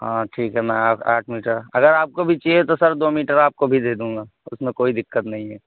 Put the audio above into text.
ہاں ٹھیک ہے میں آٹھ میٹر اگر آپ کو بھی چاہیے تو سر دو میٹر آپ کو بھی دے دوں گا اس میں کوئی دقت نہیں ہے